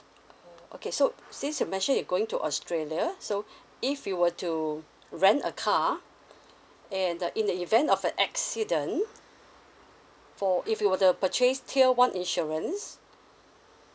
uh okay so since you mentioned you're going to australia so if you were to rent a car and the in the event of a accident for if you were to purchase tier one insurance